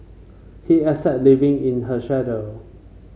he accept living in her shadow